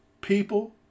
People